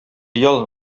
оял